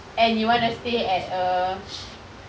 and you wanna stay at err